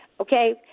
Okay